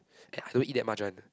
and I don't eat that much one ah